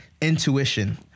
intuition